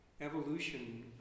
evolution